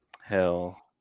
Hell